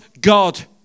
God